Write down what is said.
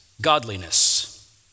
godliness